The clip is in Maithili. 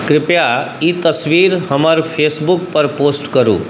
कृपया ई तस्वीर हमर फेसबुक पर पोस्ट करू